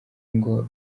ngo